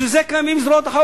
בשביל זה קיימות זרועות החוק.